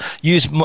use